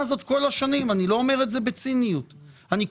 הזאת כל השנים - אני לא אומר זאת בציניות,